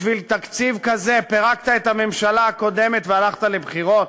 בשביל תקציב כזה פירקת את הממשלה הקודמת והלכת לבחירות?